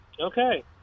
Okay